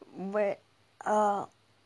but uh